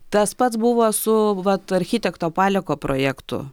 tas pats buvo su vat architekto paleko projektu